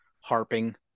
harping